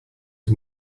was